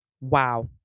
Wow